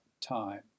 time